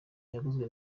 yaguzwe